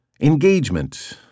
Engagement